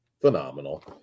phenomenal